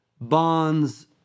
bonds